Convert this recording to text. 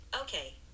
okay